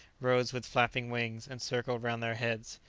rose with flapping wings, and circled round their heads.